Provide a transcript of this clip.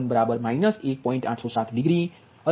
807 degree 31 2